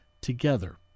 together